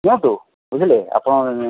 ନିଅନ୍ତୁ ବୁଝିଲେ ଆପଣ